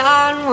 on